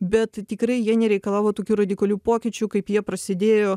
bet tikrai jie nereikalavo tokių radikalių pokyčių kaip jie prasidėjo